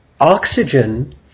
oxygen